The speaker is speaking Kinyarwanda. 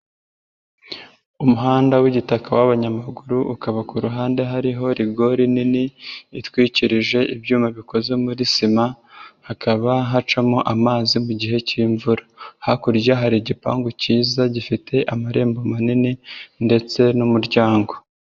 Umuhanda w'igitaka w'abanyamaguru, ukaba ku ruhande hariho rigori nini, itwikirije ibyuma bikoze muri sima, hakaba hacamo amazi mu gihe cy'imvura. Hakurya hari igipangu cyiza gifite amarembo manini ndetse n'umuryango.